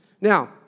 Now